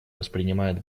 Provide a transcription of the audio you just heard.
воспринимает